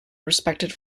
respected